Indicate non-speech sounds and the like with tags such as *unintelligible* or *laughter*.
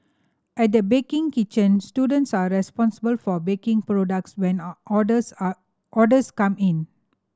at the baking kitchen students are responsible for baking products when *unintelligible* orders are orders come in